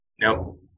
Nope